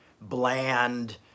bland